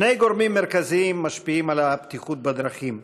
שני גורמים מרכזיים משפיעים על הבטיחות בדרכים: